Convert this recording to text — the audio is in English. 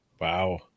Wow